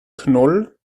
knoll